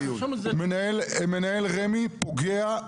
מנהל רמ"י פוגע,